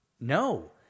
No